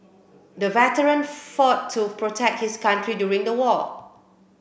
the veteran fought to protect his country during the war